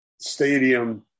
stadium